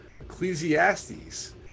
Ecclesiastes